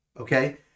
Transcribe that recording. okay